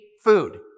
food